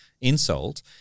insult